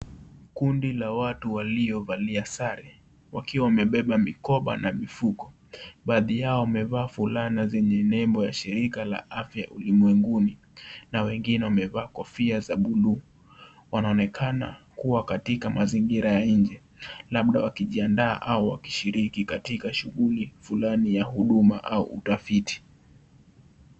Kundi la watu waliovalia sare wakiwa wamebeba mikoba na mifuko . Baadhi yao wamevaa fulana zenye nembo ya shirika la afya ulimwenguni na wengine wamevaa kofia za buluu . Wanaonekana kuwa katika mazingira ya nje labda wakijiandaa au wakishiriki katika shughuli fulani ya huduma au utafiti .